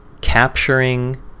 capturing